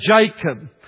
Jacob